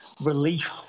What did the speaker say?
relief